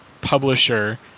publisher